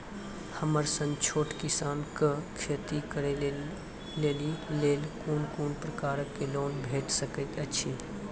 हमर सन छोट किसान कअ खेती करै लेली लेल कून कून प्रकारक लोन भेट सकैत अछि?